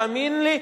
תאמין לי,